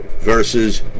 versus